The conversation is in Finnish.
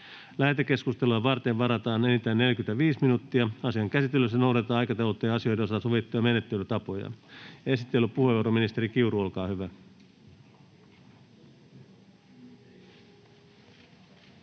Lähetekeskusteluun varataan enintään 45 minuuttia. Asian käsittelyssä noudatetaan aikataulutettujen asioiden osalta sovittuja menettelytapoja. — Esittelypuheenvuoro, ministeri Kiuru, olkaa hyvä.